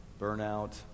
burnout